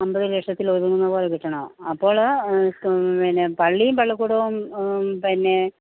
അൻപത് ലക്ഷത്തിലൊതുങ്ങും പോലെ നിൽക്കണോ അപ്പോൾ പിന്നെ പള്ളീം പള്ളിക്കൂടോ പിന്നെ